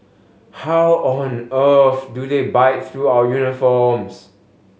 how on earth do they bite through our uniforms